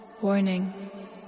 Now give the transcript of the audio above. Warning